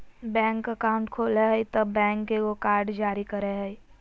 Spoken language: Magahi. बैंक अकाउंट खोलय हइ तब बैंक एगो कार्ड जारी करय हइ